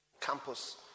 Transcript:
campus